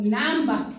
number